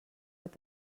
with